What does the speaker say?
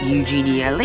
Eugenia